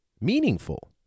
meaningful